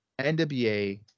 NWA